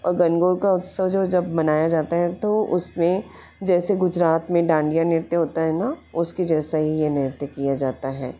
और गणगौर का उत्सव जो जब मनाया जाता है तो उस में जैसे गुजरात में डांडिया नृत्य होता है ना उसके जैसा ही यह नृत्य किया जाता है